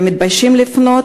והם מתביישים לפנות.